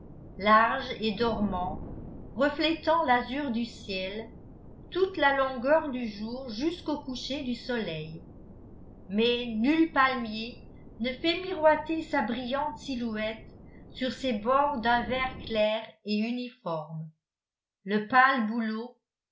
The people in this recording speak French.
larges et dormants reflétant l'azur du ciel toute la longueur du jour jusqu'au coucher du soleil mais nul palmier ne fait miroiter sa brillante silhouette sur ces bords d'un vert clair et uniforme le pâle bouleau